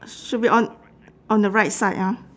should be on on the right side ah